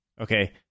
Okay